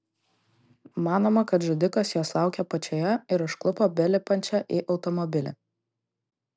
manoma kad žudikas jos laukė apačioje ir užklupo belipančią į automobilį